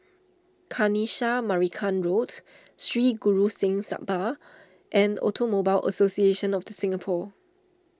Kanisha Marican Road Sri Guru Singh Sabha and Automobile Association of the Singapore